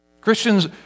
Christians